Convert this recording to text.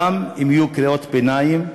גם אם יהיו קריאות ביניים.